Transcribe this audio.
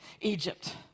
Egypt